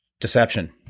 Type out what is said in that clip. deception